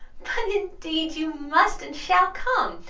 but indeed you must and shall come.